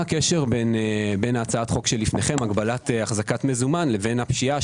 מה הקשר בין הצעת החוק שלפניכם הגבלת החזקת מזומן לפשיעה,